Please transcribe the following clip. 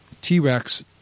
T-Rex